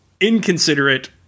inconsiderate